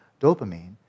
dopamine